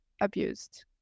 abused